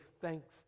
thanks